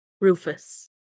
Rufus